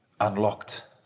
unlocked